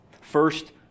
First